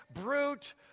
brute